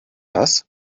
das